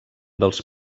dels